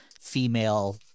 female